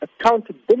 accountability